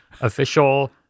Official